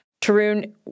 Tarun